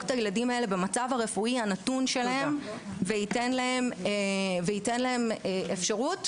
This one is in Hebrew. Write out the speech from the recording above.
את הילדים האלה במצב הרפואי הנתון שלהם וייתן להם אפשרות